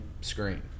screen